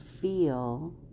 feel